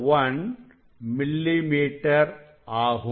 01 millimetre ஆகும்